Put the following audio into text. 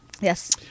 Yes